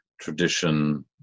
tradition